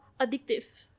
addictive